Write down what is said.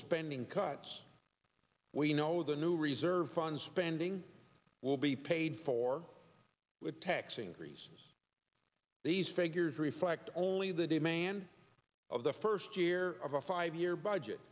spending cuts we know the new reserve fund spending will be paid for with tax increases these figures reflect only the demands of the first year of a five year budget